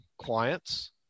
clients